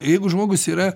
jeigu žmogus yra